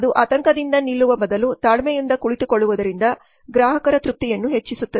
ಅದು ಆತಂಕದಿಂದ ನಿಲ್ಲುವ ಬದಲು ತಾಳ್ಮೆಯಿಂದ ಕುಳಿತುಕೊಳ್ಳುವುದರಿಂದ ಗ್ರಾಹಕರ ತೃಪ್ತಿಯನ್ನು ಹೆಚ್ಚಿಸುತ್ತದೆ